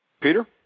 Peter